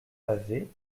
pavée